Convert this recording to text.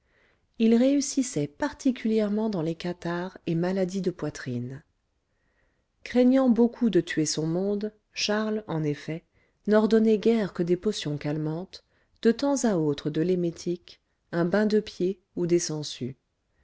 il réussissait particulièrement dans les catarrhes et maladies de poitrine craignant beaucoup de tuer son monde charles en effet n'ordonnait guère que des potions calmantes de temps à autre de l'émétique un bain de pieds ou des sangsues